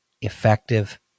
effective